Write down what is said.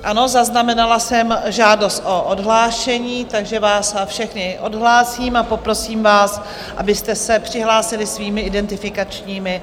Ano, zaznamenala jsem žádost o odhlášení, takže vás všechny odhlásím a poprosím vás, abyste se přihlásili svými identifikačními kartami.